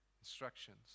instructions